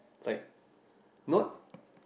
it's like not